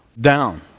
down